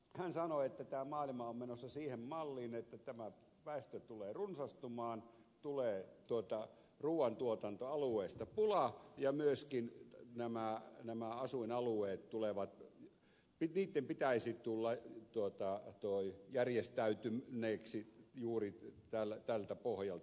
hän sanoi että tämä maailma on menossa siihen malliin että väestö tulee runsastumaan tulee ruuantuotantoalueista pula ja myöskin asuinalueiden pitäisi tulla järjestäytyneiksi juuri tältä pohjalta